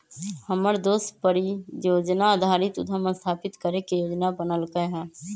हमर दोस परिजोजना आधारित उद्यम स्थापित करे के जोजना बनलकै ह